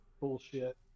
bullshit